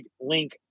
link